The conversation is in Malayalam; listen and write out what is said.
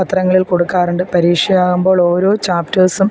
പത്രങ്ങളിൽ കൊടുക്കാറുണ്ട് പരീക്ഷയാകുമ്പോൾ ഓരോ ചാപ്റ്റേഴ്സും